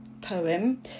poem